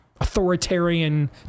authoritarian